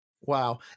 Wow